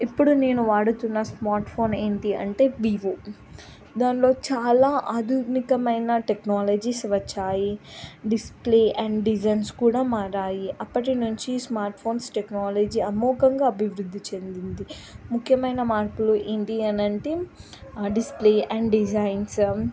ఇప్పుడు నేను వాడుతున్న స్మార్ట్ ఫోన్ ఏంటి అంటే వివో దాన్లో చాలా ఆధునికమైన టెక్నాలజీస్ వచ్చాయి డిస్ప్లే అండ్ డిజైన్స్ కూడా మారాయి అప్పటి నుంచి స్మార్ట్ ఫోన్స్ టెక్నాలజీ అమోగంగా అభివృద్ధి చెందింది ముఖ్యమైన మార్పులు ఏంటి అనంటే డిస్ప్లే అండ్ డిజైన్స్